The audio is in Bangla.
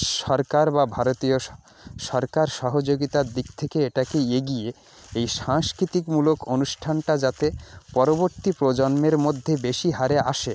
সরকার বা ভারতীয় সরকার সহযোগিতার দিক থেকে এটাকে এগিয়ে এই সাংস্কৃতিমূলক অনুষ্ঠানটা যাতে পরবর্তী প্রজন্মের মধ্যে বেশি হারে আসে